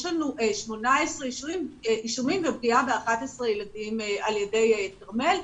יש לנו 18 אישומים ופגיעה ב-11 ילדים על ידי כרמל.